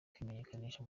kwimenyekanisha